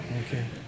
Okay